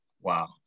wow